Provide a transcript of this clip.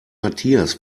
matthias